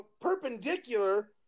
perpendicular